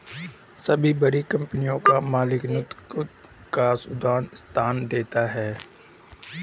सभी बड़ी कंपनी के मालिक नैतिकता को सर्वोच्च स्थान देते हैं